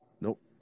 Nope